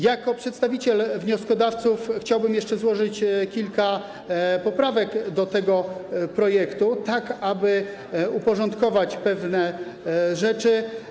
Jako przedstawiciel wnioskodawców chciałbym jeszcze złożyć kilka poprawek do tego projektu, tak aby uporządkować pewne rzeczy.